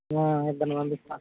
ఇద్దరిని పంపిస్తాను